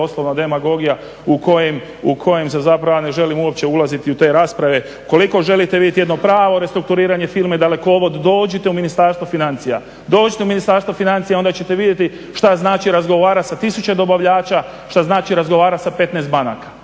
doslovno demagogija u koje ja zapravo ne želim ulaziti u te rasprave. Ukoliko želite vidjet jedno pravo restrukturiranje firme Dalekovod dođite u Ministarstvo financija, onda ćete vidjeti šta znači razgovarat sa tisuće dobavljača, šta znači razgovarat sa 15 banaka.